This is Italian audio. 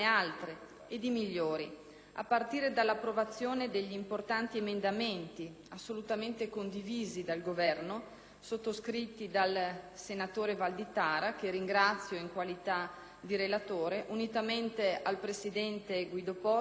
a partire dall'approvazione degli importanti emendamenti, assolutamente condivisi dal Governo, sottoscritti dal senatore Valditara, che ringrazio in qualità di relatore, unitamente al presidente Guido Possa e a tutta la Commissione,